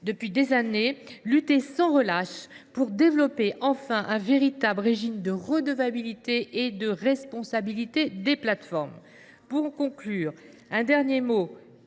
pour que nous luttions sans relâche pour développer enfin un véritable régime de redevabilité et de responsabilité des plateformes. Pour conclure, je remercie